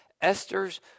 Esther's